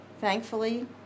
thankfully